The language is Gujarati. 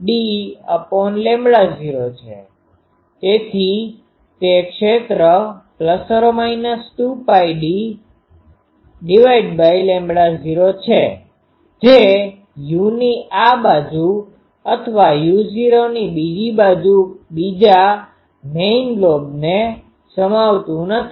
તેથી તે ક્ષેત્ર 2π૦d છે જે uની આ બાજુ અથવા u0ની બીજી બાજુ બીજા મેઈન લોબને સમાવતું નથી